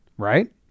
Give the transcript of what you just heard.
Right